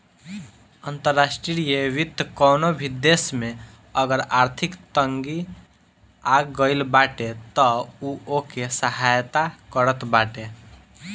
अंतर्राष्ट्रीय वित्त कवनो भी देस में अगर आर्थिक तंगी आगईल बाटे तअ उ ओके सहायता करत बाटे